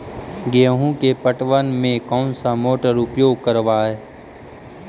गेंहू के पटवन में कौन मोटर उपयोग करवय?